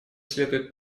следует